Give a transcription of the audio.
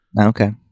Okay